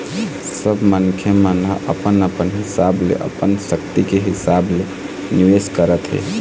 सब मनखे मन ह अपन अपन हिसाब ले अपन सक्ति के हिसाब ले निवेश करथे